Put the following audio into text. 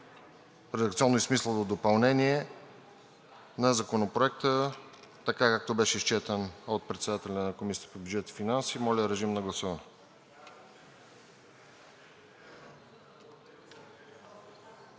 редакционно и смислово допълнение на Законопроекта, така, както беше изчетен от председателя на Комисията по бюджет и финанси. Гласували 148 народни